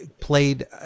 played